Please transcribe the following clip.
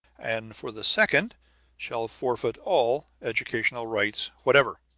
and for the second shall forfeit all educational rights whatever.